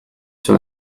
sur